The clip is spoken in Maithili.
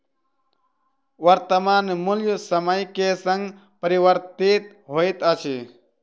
वर्त्तमान मूल्य समय के संग परिवर्तित होइत अछि